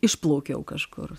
išplaukiau kažkur